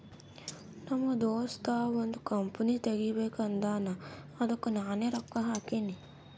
ನಮ್ ದೋಸ್ತ ಒಂದ್ ಕಂಪನಿ ತೆಗಿಬೇಕ್ ಅಂದಾನ್ ಅದ್ದುಕ್ ನಾನೇ ರೊಕ್ಕಾ ಹಾಕಿನಿ